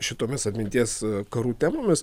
šitomis atminties karų temomis